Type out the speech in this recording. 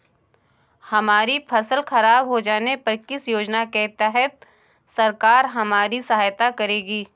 हमारी फसल खराब हो जाने पर किस योजना के तहत सरकार हमारी सहायता करेगी?